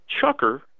chucker